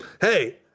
hey